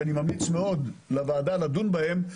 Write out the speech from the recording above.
אני ממליץ מאוד לוועדה לדון בהם,